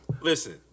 Listen